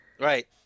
Right